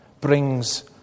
brings